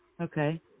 Okay